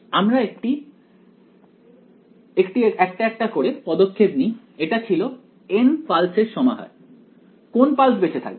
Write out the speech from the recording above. আমরা একটা একটা করে পদক্ষেপ নিই এটা ছিল N পালসের সমাহার কোন পালস বেঁচে থাকবে